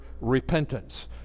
repentance